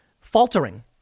faltering